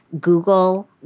Google